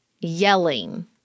yelling